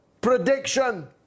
prediction